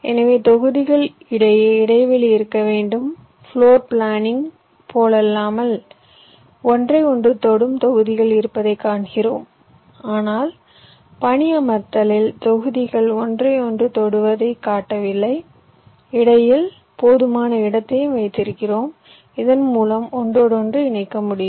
எனவே தொகுதிகள் இடையே இடைவெளி இருக்க வேண்டும் ப்ளோர் பிளானிங் போலல்லாமல் ஒன்றை ஒன்று தொடும் தொகுதிகள் இருப்பதை காண்கிறோம் ஆனால் பணியமர்த்தலில் தொகுதிகள் ஒன்றையொன்று தொடுவதைக் காட்டவில்லை இடையில் போதுமான இடத்தையும் வைத்திருக்கிறோம் இதன் மூலம் ஒன்றோடொன்று இணைக்க முடியும்